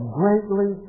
greatly